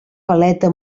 paleta